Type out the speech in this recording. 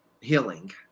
healing